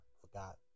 forgot